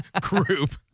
group